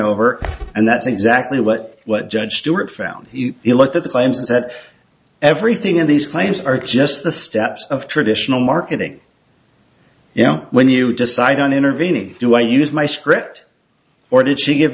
over and that's exactly what what judge stewart found it was that the claims that everything in these claims are just the steps of traditional marketing you know when you decide on intervening do i use my script or did she give